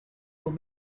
will